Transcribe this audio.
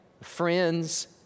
friends